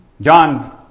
John